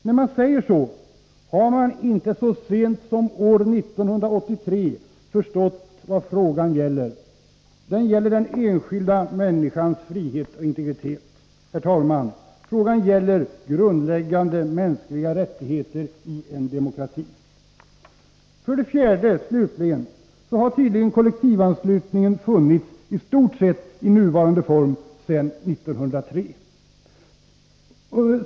När man säger så har man inte, så sent som år 1983, förstått vad frågan gäller. Det gäller den enskilda människans frihet och integritet. Fru talman! Frågan gäller grundläggande mänskliga rättigheter i en demokrati. För det fjärde, slutligen, har tydligen kollektivanslutningen funnits i stort sett i nuvarande form sedan 1903.